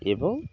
ଏବଂ